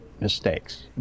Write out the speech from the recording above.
mistakes